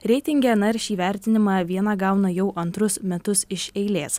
reitinge na ir šį įvertinimą viena gauna jau antrus metus iš eilės